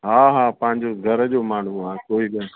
हा हा पंहिंजे घर जो माण्हू आहे कोई